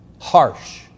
harsh